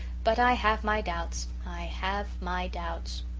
but i have my doubts i have my doubts.